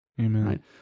Amen